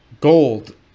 gold